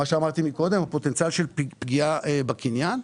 אמרתי קודם, הפוטנציאל של פגיעה בקניין.